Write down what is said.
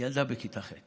ילדה בכיתה ח'.